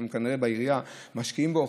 כנראה שבעירייה משקיעים בו.